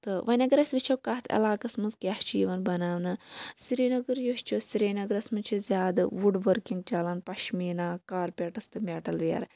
تہٕ وۄنۍ اگر أسۍ وٕچھو کَتھ عَلاقَس مَنٛز کیاہ چھُ یِوان بَناونہٕ سریٖنَگر یُس چھُ سریٖنَگرس مَنٛز چھِ زیادٕ وُڈ ؤرکِنٛگ چَلان پَشمیٖنا کارپیٹس تہٕ میٚٹَل ویر